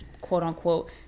quote-unquote